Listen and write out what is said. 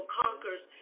conquers